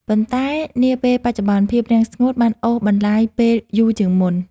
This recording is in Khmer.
ប៉ុន្តែនាពេលបច្ចុប្បន្ន ភាពរាំងស្ងួតបានអូសបន្លាយពេលយូរជាងមុន។